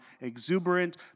exuberant